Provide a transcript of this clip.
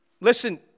listen